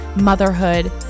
motherhood